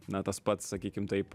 na tas pats sakykim taip